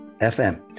FM